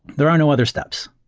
there are no other steps.